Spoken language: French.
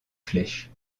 flèches